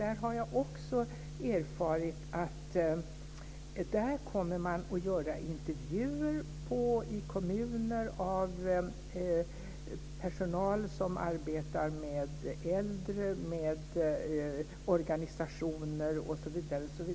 Där har jag erfarit att man kommer att göra intervjuer i kommuner av personal som arbetar med äldre och av organisationer osv.